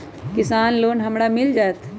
किसान लोन हमरा मिल जायत?